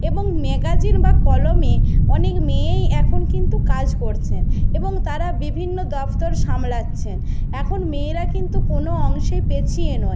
এবং ম্যাগাজিন বা কলমে অনেক মেয়েই এখন কিন্তু কাজ করছেন এবং তারা বিভিন্ন দপ্তর সামলাচ্ছেন এখন মেয়েরা কিন্তু কোনো অংশেই পিছিয়ে নয়